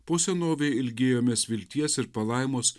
posenovei ilgėjomės vilties ir palaimos